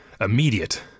immediate